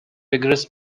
rigorous